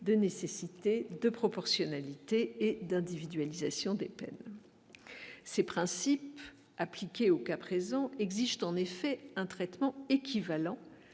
de nécessité et de proportionnalité et d'individualisation des peines ces principes appliqués au cas présent existe en effet un traitement équivalent